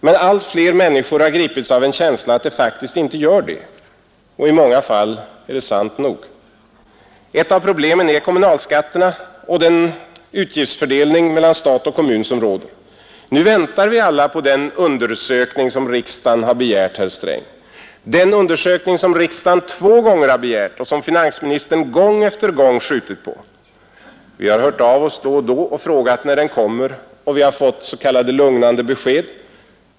Men allt fler människor har gripits av en känsla att det faktiskt inte gör det. Och i många fall är det sant nog. Ett av problemen är kommunalskatterna och därmed utgiftsfördelningen mellan stat och kommun. Nu väntar vi alla på den översyn riksdagen begärt, herr Sträng. Den utredning som riksdagen två gånger begärt och som finansministern gång efter gång skjutit på. Vi har hört av oss då och då och frågat när den kommer. Vi har fått lugnande besked.